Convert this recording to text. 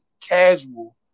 casual